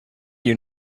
you